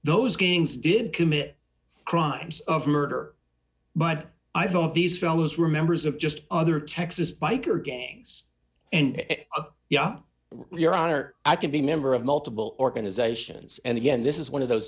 those games did commit crimes of murder but i thought these fellows were members of just other texas biker gangs and the op your honor i could be member of multiple organizations and again this is one of those